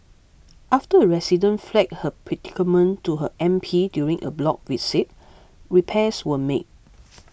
after a resident flagged her predicament to her M P during a block visit repairs were made